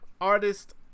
artist